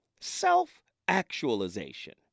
Self-actualization